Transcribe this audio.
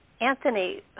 Anthony